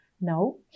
no